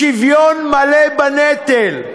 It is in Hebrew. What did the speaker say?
שוויון מלא בנטל.